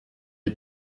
est